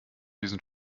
diesen